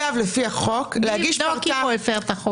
לפי החוק הוא חייב להגיש פרטה --- מי יבדוק אם הוא הפר את החובה?